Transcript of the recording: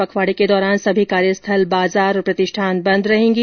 पखवाडे के दौरान सभी कार्यस्थल बाजार और प्रतिष्ठान बन्द रहेंगे